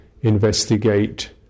investigate